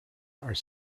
are